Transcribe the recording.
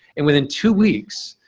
and within two weeks,